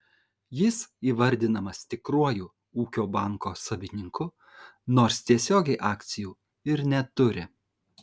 jis įvardinamas tikruoju ūkio banko savininku nors tiesiogiai akcijų ir neturi